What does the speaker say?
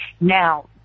Now